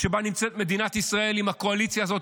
שבה נמצאת מדינת ישראל עם הקואליציה הזאת,